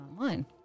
online